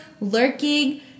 lurking